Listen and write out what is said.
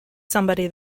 somebody